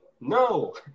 No